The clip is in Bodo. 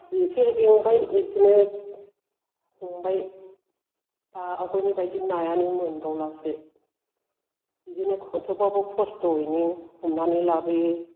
फासि एसे बेंबाय बिदिनो हमबाय दा आवगायनिबायदि नायानो मोनबावलासो बिदिनो खथब्बाबो खस्थयो हमनानै लाबोयो